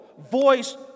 voice